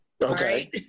Okay